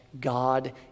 God